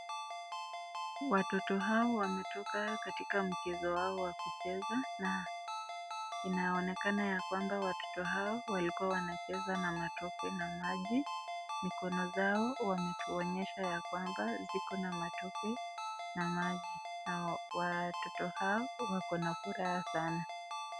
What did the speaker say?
Watoto Hawa wametokea katika mchezo wao wa kucheza, na inaonekana yakwamba watoto Hawa walikuwa wanacheza na matope na maji na mikono Yao inaonekana Iko na matope na maji, na inaonekana wako na furaha sana